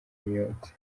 myotsi